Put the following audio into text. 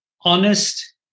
Honest